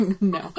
No